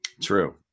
True